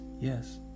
Yes